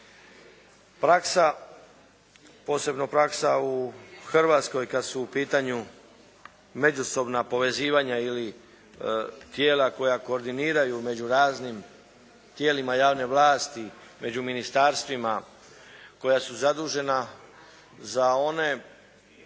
Praksa, posebno praksa u Hrvatskoj kad su u pitanju međusobna povezivanja ili tijela koja koordiniraju među raznim tijelima javne vlasti, među ministarstvima koja su zadužena za one